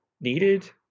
needed